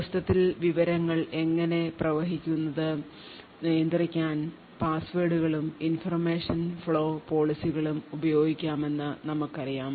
സിസ്റ്റത്തിൽ വിവരങ്ങൾ എങ്ങനെ പ്രവഹിക്കുന്നത് നിയന്ത്രിക്കാൻ പാസ്വേഡുകളും information flow policy കളും ഉപയോഗിക്കാമെന്ന് നമ്മൾക്കറിയാം